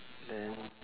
then